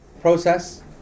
process